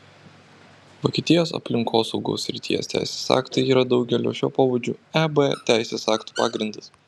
vokietijos aplinkosaugos srities teisės aktai yra daugelio šio pobūdžio eb teisės aktų pagrindas